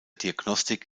diagnostik